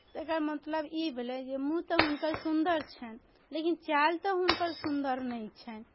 एकर मतलब ई भेलै जे मूँह तऽ हुनकर सुन्दर छनि लेकिन चालि तऽ हुनकर सुन्दर नहि छनि